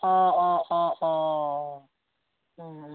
अ अ अ अ